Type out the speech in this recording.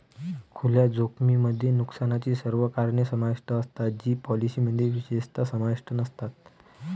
खुल्या जोखमीमध्ये नुकसानाची सर्व कारणे समाविष्ट असतात जी पॉलिसीमध्ये विशेषतः समाविष्ट नसतात